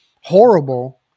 horrible